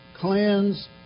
cleanse